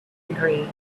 agree